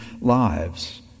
lives